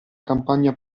campagna